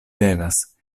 devas